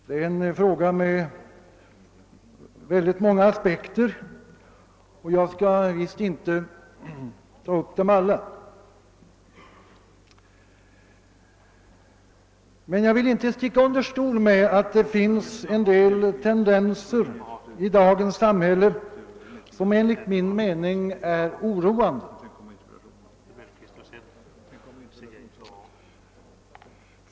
Det är en fråga med många aspekter, och jag skall visst inte ta upp dem alla. Men jag vill inte sticka under stol med att det finns en del tendenser i dagens samhälle som enligt min uppfattning är oroande.